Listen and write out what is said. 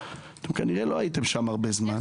כנראה לא הייתם בדרום הרבה זמן,